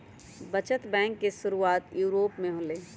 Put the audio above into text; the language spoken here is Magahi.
बचत बैंक के शुरुआत यूरोप में होलय